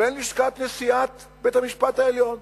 ובין לשכת נשיאת בית-המשפט העליון.